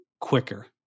quicker